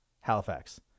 Halifax